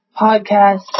podcast